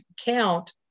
count